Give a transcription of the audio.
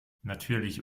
natürlich